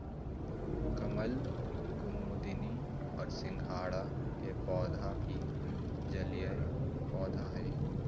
कमल, कुमुदिनी और सिंघाड़ा के पौधा भी जलीय पौधा हइ